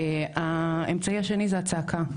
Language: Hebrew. האמצעי השני זה הצעקה,